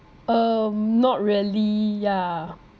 um not really yeah